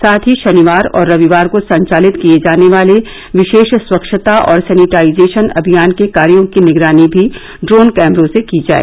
साथ ही शनिवार और रविवार को संचालित किए जाने वाले विशेष स्वच्छता और सैनिटाइजेशन अमियान के कार्यो की निगरानी भी ड्रोन कैमरों से की जाए